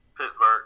Pittsburgh